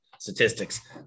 statistics